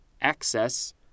access